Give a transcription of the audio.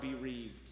bereaved